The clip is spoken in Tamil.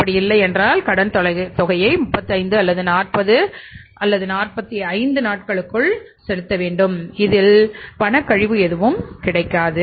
அப்படி இல்லை என்றால் கடன் தொகையை 35 40 அல்லது 45 நாட்களுக்குள் செலுத்த வேண்டும் இதில் பண கழிவு எதுவும் கிடைக்காது